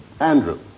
Andrew